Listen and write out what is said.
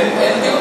אין דיון